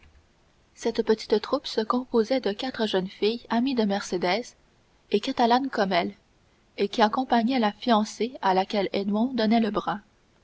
cette petite troupe se composait de quatre jeunes filles amies de mercédès et catalanes comme elle et qui accompagnaient la fiancée à laquelle edmond donnait le bras